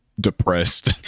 depressed